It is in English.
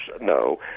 No